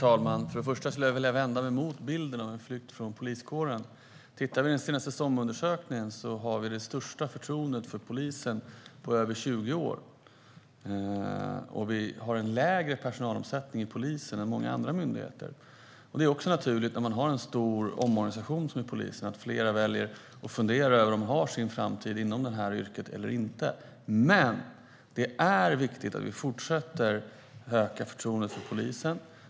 Herr talman! Jag vänder mig mot bilden av en flykt från poliskåren. Den senaste SOM-undersökningen visar att förtroendet för polisen är det högsta på över 20 år. Polisen har dessutom lägre personalomsättning än många andra myndigheter. Det är också naturligt vid en stor omorganisation att fler väljer att fundera över om de har sin framtid inom detta yrke eller inte. Men det är viktigt att vi fortsätter att öka förtroendet för polisen.